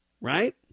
right